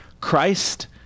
Christ